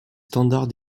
standards